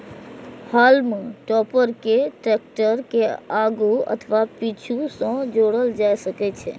हाल्म topper कें tractor के आगू अथवा पीछू सं जोड़ल जा सकै छै